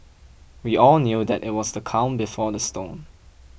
we all knew that it was the calm before the storm